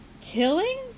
tilling